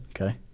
Okay